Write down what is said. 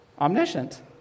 omniscient